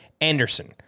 Anderson